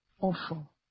awful